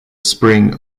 spring